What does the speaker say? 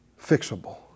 fixable